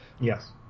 Yes